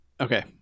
okay